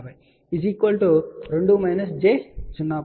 6 మరియు z0 1